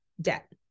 debt